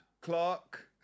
Clark